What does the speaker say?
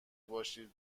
باشید